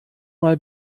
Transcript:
mal